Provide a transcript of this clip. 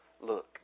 look